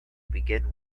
begin